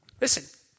Listen